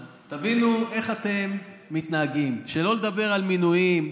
אז תבינו איך אתם מתנהגים, שלא לדבר על מינויים.